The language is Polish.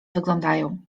wyglądają